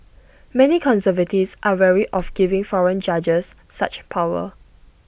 many conservatives are wary of giving foreign judges such power